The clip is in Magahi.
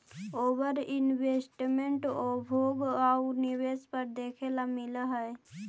ओवर इन्वेस्टमेंट उपभोग आउ निवेश पर देखे ला मिलऽ हई